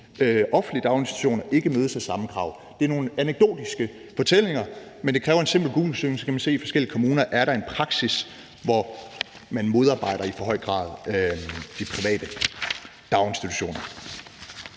offentlige daginstitutioner ikke mødes af samme krav. Det er nogle anekdotiske fortællinger, men det kræver en simpel googlesøgning, og så kan man se, at der i forskellige kommuner er en praksis, hvor man i for høj grad modarbejder de private daginstitutioner.